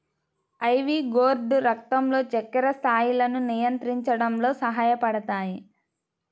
ivy gourd రక్తంలో చక్కెర స్థాయిలను నియంత్రించడంలో సహాయపడతాయి